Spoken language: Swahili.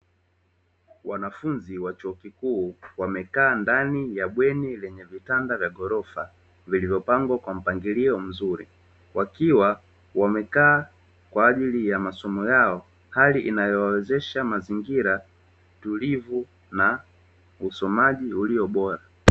Wanafunzi wa chuo kikuu wamekaa ndani ya bweni lenye vitanda vya ghorofa vilivyopangwa kwa mpangilio mzuri, wakiwa wamekaa kwa ajili ya masomo yao hali inayowawezesha mazingira tulivu na usomaji ulio bora.